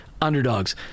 underdogs